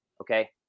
Okay